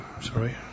Sorry